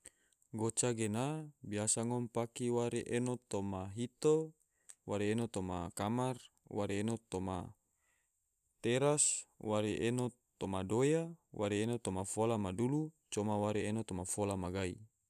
Goca gena biasa ngom pake wari eno toma hito, wari eno toma kamar, wari eno toma teras, wari eno toma doya, wari eno toma fola ma dulu, coma wari eno toma fola ma gai